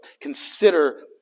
consider